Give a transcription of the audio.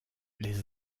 les